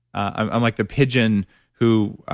i'm i'm like the pigeon who.